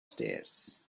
stairs